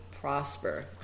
prosper